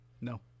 No